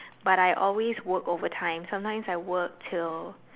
but I always work overtime sometimes I work till